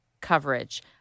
coverage